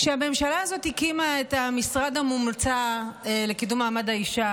כשהממשלה הזאת הקימה את המשרד המומצא לקידום מעמד האישה,